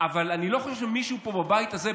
אבל אני לא חושב שמישהו פה בבית הזה,